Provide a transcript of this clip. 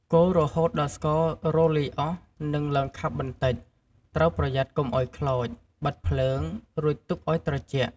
កូររហូតដល់ ស្កររលាយអស់ និងឡើងខាប់បន្តិច ត្រូវប្រយ័ត្នកុំឲ្យខ្លោច បិទភ្លើង រួចទុកឲ្យត្រជាក់។